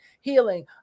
healing